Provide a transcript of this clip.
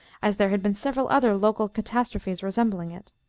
as there had been several other local catastrophes resembling it.